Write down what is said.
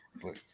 please